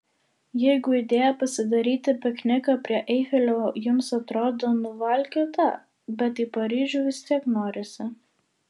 jeigu idėja pasidaryti pikniką prie eifelio jums atrodo nuvalkiota bet į paryžių vis tiek norisi